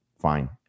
fine